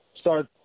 start